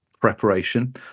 preparation